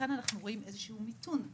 כאן אנחנו רואים איזשהו מיתון.